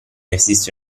esiste